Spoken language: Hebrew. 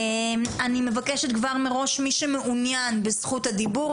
אני מבקשת כבר מראש מי שמעוניין בזכות הדיבור,